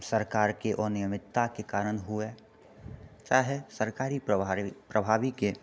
सरकारके अनियमितताके कारण हुए चाहे सरकारी प्रभार प्रभारीके